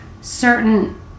certain